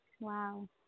Wow